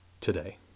today